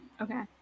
okay